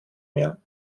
mehr